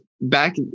back